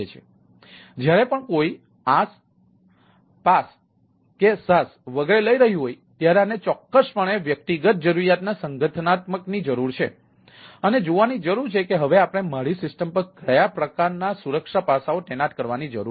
તેથી જ્યારે પણ કોઈ IaaS PaaS કે SaaS વગેરે લઈ રહ્યું હોય ત્યારે આને ચોક્કસપણે વ્યક્તિગત જરૂરિયાતના સંગઠનાત્મકની જરૂર છે અને તે જોવાની જરૂર છે કે હવે આપણે મારી સિસ્ટમ પર કયા પ્રકારના સુરક્ષા પાસાંઓ તૈનાત કરવાની જરૂર છે